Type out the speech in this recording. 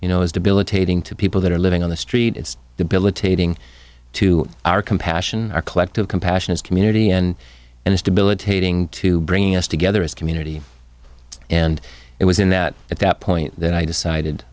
you know as debilitating to people that are live on the street it's debilitating to our compassion our collective compassion his community and and it's debilitating to bring us together as a community and it was in that at that point that i decided